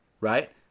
right